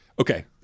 okay